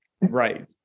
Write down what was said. Right